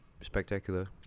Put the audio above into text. spectacular